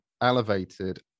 elevated